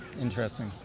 Interesting